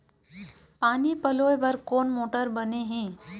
पानी पलोय बर कोन मोटर बने हे?